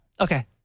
Okay